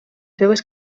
seves